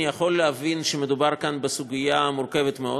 אני יכול להבין שמדובר כאן בסוגיה מורכבת מאוד,